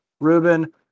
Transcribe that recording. Ruben